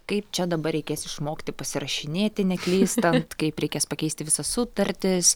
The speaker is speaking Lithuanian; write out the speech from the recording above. kaip čia dabar reikės išmokti pasirašinėti neklystant kaip reikės pakeisti visas sutartis